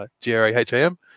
G-R-A-H-A-M